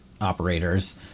operators